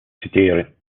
четыре